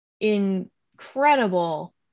incredible